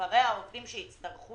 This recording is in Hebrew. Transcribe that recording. מספרי העובדים שיצטרכו